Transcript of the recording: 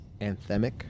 anthemic